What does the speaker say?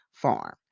farm